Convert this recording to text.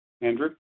Andrew